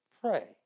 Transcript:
pray